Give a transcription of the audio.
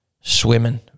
swimming